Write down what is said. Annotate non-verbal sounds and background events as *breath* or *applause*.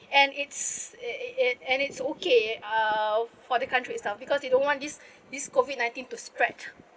and it's it it it and it's okay uh for the country itself because they don't want this *breath* this COVID nineteen to spread